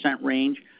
range